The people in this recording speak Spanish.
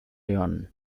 león